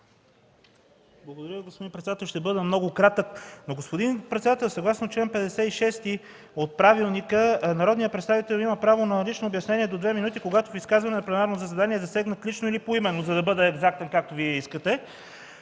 Благодаря Ви, господин председател. Ще бъда много кратък. Господин председател, съгласно чл. 56 от Правилника, народният представител има право на лично обяснение до две минути, когато в изказване на пленарно заседание е засегнат лично или поименно, за да бъда екзактен, както Вие искате,